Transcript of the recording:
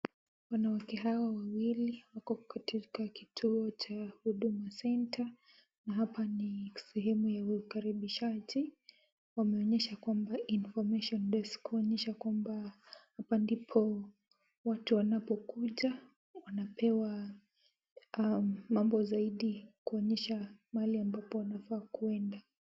Wanawake hawa wawili wako katika kituo cha Huduma Centre na hapa ni sehemu ya ukaribishaji. Wanaonyesha kwamba information desk , kuonyesha kwamba hapa ndipo watu wanapokuja wanapewa mambo zaidi kuonyesha mahali ambapo wanafaa kwenda.